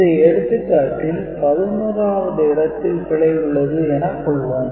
இந்த எடுத்துக்காட்டில் 11வது இடத்தில் பிழை உள்ளது எனக் கொள்வோம்